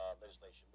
legislation